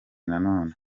nanone